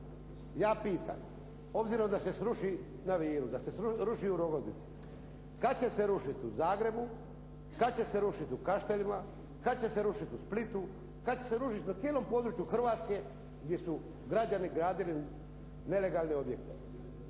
Ja pitam, obzirom da se sruši na Viru, da se ruši u Rogoznici, kad će se rušiti u Zagrebu, kad će se rušiti u Kaštelima, kad će se rušiti u Splitu, kad će se rušiti na cijelom području Hrvatske gdje su građani gradili nelegalne objekte?